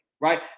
right